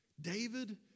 David